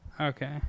Okay